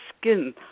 skin